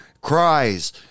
cries